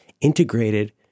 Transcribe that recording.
integrated